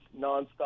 nonstop